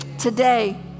today